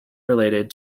related